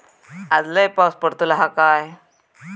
आज लय पाऊस पडतलो हा काय?